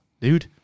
dude